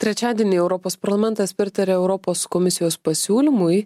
trečiadienį europos parlamentas pritarė europos komisijos pasiūlymui